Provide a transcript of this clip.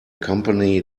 company